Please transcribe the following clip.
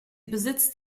besitzt